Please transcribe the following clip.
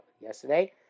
yesterday